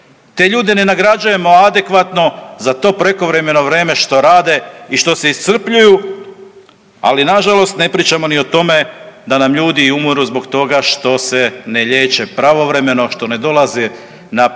Te ljude ne nagrađujemo adekvatno za to prekovremeno vreme što rade i što se iscrpljuju, ali nažalost ne pričamo ni o tome da nam ljudi umiru zbog toga što se ne liječe pravovremeno, što ne dolaze na pretrage,